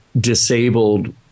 disabled